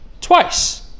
Twice